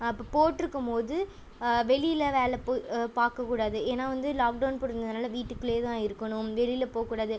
அப்போ போட்ருக்கம் போது வெளியில் வேலை போ பார்க்கக்கூடாது ஏன்னால் வந்து லாக்டவுன் போட்டுருந்ததுனால வீட்டுக்குள்ளே தான் இருக்கணும் வெளியில் போககூடாது